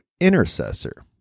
intercessor